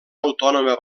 autònoma